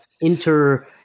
Inter